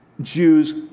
Jews